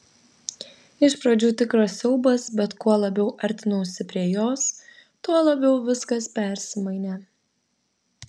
iš pradžių tikras siaubas bet kuo labiau artinausi prie jos tuo labiau viskas persimainė